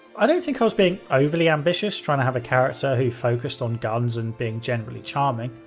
i don't think i was being overly ambitious trying to have a character who focused on guns and being generally charming.